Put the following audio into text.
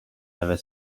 ever